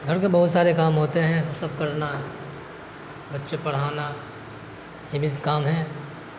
گھر کے بہت سارے کام ہوتے ہیں سب کرنا بچے پڑھانا یہ بھی کام ہیں